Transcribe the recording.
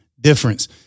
difference